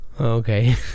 okay